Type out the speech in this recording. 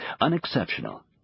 unexceptional